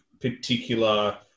particular